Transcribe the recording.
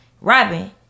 Robin